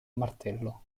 martello